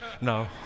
No